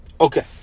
Okay